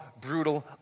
brutal